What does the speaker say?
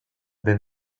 been